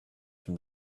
from